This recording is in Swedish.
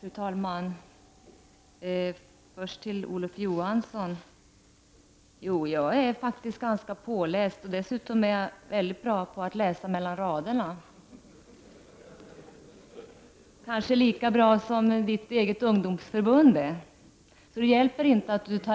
Fru talman! Först några ord till Olof Johansson. Jag är faktiskt ganska väl påläst, och dessutom är jag mycket bra på att läsa mellan raderna, kanske lika bra som man är i Centerns ungdomsförbund. Det hjälper inte att Olof Johansson